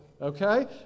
Okay